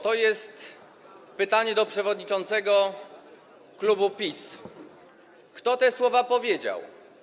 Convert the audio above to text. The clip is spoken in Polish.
To jest pytanie do przewodniczącego klubu PiS: Kto te słowa powiedział?